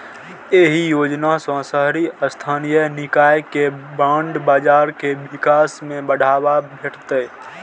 एहि योजना सं शहरी स्थानीय निकाय के बांड बाजार के विकास कें बढ़ावा भेटतै